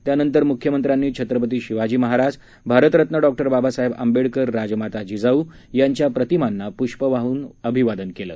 त्यानंतर मुख्यमंत्र्यांनी छत्रपती शिवाजी महाराज भारतरत्न डॉ बाबासाहेब आंबेडकर राजमाता जिजाऊ यांच्या प्रतिमांना पुष्प वाहून अभिवादन केलं